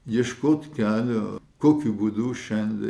ieškot kelio kokiu būdu šiandien